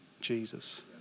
Jesus